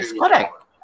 Correct